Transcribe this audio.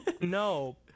No